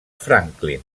franklin